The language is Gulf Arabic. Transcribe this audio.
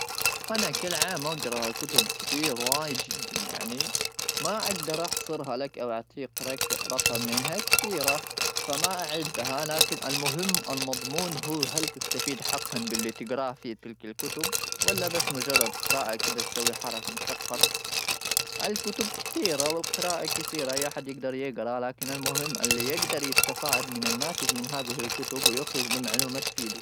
انا كل عام اقرا كتب كثير ,وايد جدا يعني ما اقدر احصلها لك ,او اعطيك رقم لانها كثيره ,فما اعدها لكن المهم المضمون هو هل تستفيد حقا في تلك الكتب ولا بس مجرد قراءه كذا تسوي حركه مثقف الكتب كثيره والقراءه كثيره اي احد يقدر يقرا لكن المهم اللي يقدر يستفاد من الناتج من هذه الكتب ويخرج من معلومات.